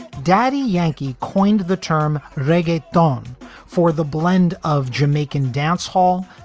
daddy yankee coined the term reggae don for the blend of jamaican dancehall,